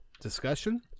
discussion